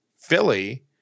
Philly